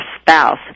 spouse